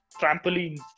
trampolines